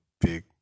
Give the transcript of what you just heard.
big